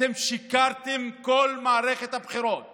ואתם שיקרתם כל מערכת הבחירות